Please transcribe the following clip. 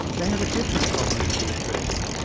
they have a different problem to be addressed.